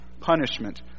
punishment